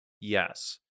Yes